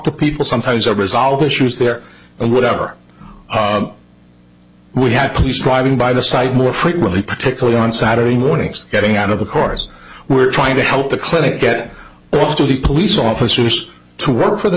to people sometimes or resolve issues there and whatever we had police driving by the site more frequently particularly on saturday mornings getting out of the corps we're trying to help the clinic get all to the police officers to work for the